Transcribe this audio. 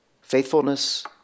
Faithfulness